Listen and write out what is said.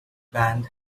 band